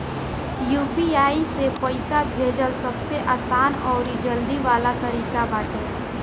UPI से पईसा भेजल सबसे आसान अउरी जल्दी वाला तरीका बाटे